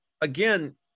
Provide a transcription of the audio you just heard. again